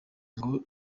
ngo